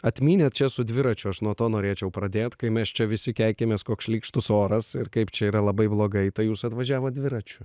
atmynėt čia su dviračiu aš nuo to norėčiau pradėt kai mes čia visi keikiamės koks šlykštus oras ir kaip čia yra labai blogai tai jūs atvažiavot dviračiu